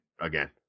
again